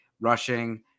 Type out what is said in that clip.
rushing